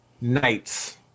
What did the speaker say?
nights